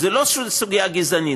זו לא סוגיה גזענית,